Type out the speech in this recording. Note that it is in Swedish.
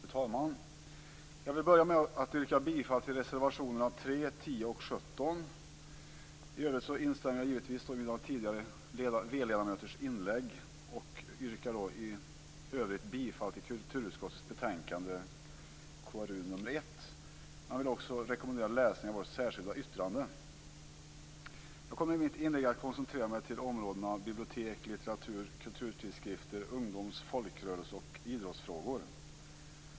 Fru talman! Jag vill börja med att yrka bifall till reservationerna 3, 10 och 17. Jag instämmer givetvis i tidigare v-ledamöters inlägg, och yrkar i övrigt bifall till hemställan i kulturutskottets betänkande KrU1. Jag vill också rekommendera läsning av vårt särskilda yttrande. Jag kommer i mitt inlägg att koncentrera mig på områdena bibliotek, litteratur, kulturtidskrifter och ungdoms-, folkrörelse och idrottsfrågor.